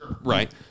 Right